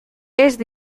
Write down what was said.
ezin